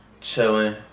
chilling